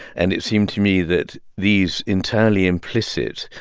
and it seemed to me that these internally implicit,